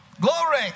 Glory